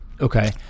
Okay